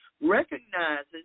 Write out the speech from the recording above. recognizes